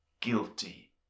guilty